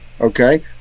okay